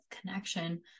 connection